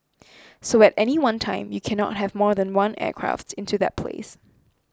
so at any one time you cannot have more than one aircraft into that place